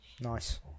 Nice